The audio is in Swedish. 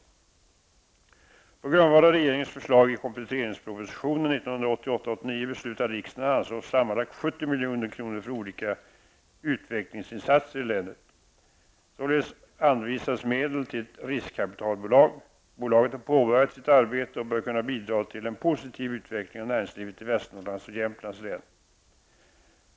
På grundval av regeringens förslag i kompletteringspropositionen 1988/89 beslutade riksdagen att anslå sammanlagt 70 milj.kr. för olika utvecklingsinsatser i länet. Således anvisades medle till ett riskkapitalbolag. Bolaget har påbörjat sitt arbete och bör kunna bidra till en positiv utveckling av näringslivet i Västernorrlands och Jämtlands län.